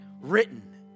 written